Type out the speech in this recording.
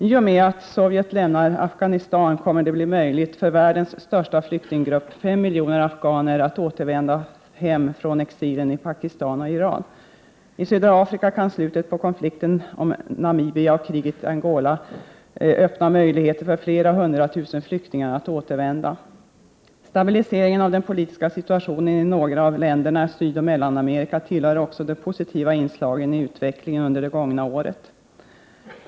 I och med att Sovjet lämnar Afghanistan kommer det att bli möjligt för världens största flyktinggrupp-—5 miljoner afghaner — att återvända hem från exilen i Pakistan och Iran. I södra Afrika kan slutet på konflikten om Namibia och kriget i Angola öppna möjligheten för flera hundra tusen flyktingar att återvända. Stabiliseringen av den politiska situationen i några av länderna i Sydoch Mellanamerika tillhör också de positiva inslagen i utvecklingen under det gångna året.